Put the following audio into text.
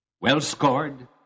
well-scored